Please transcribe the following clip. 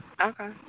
Okay